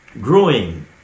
growing